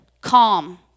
calm